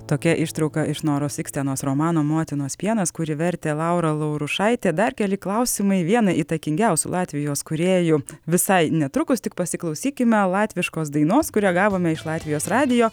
tokia ištrauka iš noros ikstenos romano motinos pienas kurį vertė laura laurušaitė dar keli klausimai vienai įtakingiausių latvijos kūrėjų visai netrukus tik pasiklausykime latviškos dainos kurią gavome iš latvijos radijo